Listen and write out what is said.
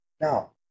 Now